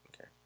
Okay